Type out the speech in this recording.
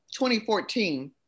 2014